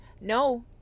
No